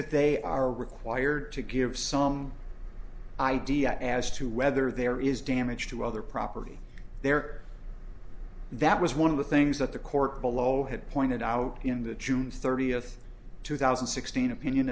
that they are required to give some idea as to whether there is damage to other property there that was one of the things that the court below had pointed out in the june thirtieth two thousand and sixteen opinion